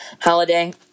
Holiday